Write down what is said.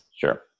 Sure